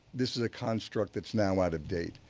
this is a construct that's now out of date.